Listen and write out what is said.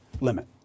limit